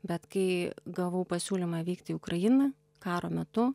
bet kai gavau pasiūlymą vykti į ukrainą karo metu